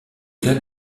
cas